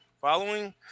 following